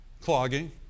clogging